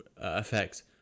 effects